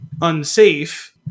unsafe